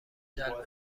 جلب